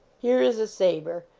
here is a saber,